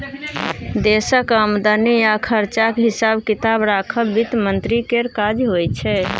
देशक आमदनी आ खरचाक हिसाब किताब राखब बित्त मंत्री केर काज होइ छै